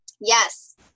Yes